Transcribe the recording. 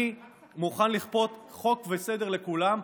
אני מוכן לכפות חוק וסדר לכולם,